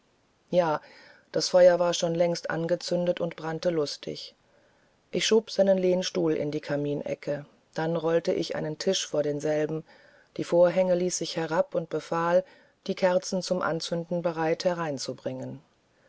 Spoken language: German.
ja das feuer war schon längst angezündet und brannte lustig ich schob seinen lehnstuhl in die kaminecke dann rollte ich einen tisch vor denselben die vorhänge ließ ich herab und befahl die kerzen zum anzünden bereit hereinzubringen